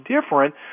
different